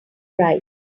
right